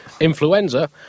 Influenza